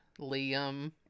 liam